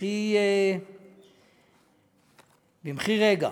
במחי רגע